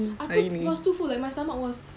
aku was too full like my stomach was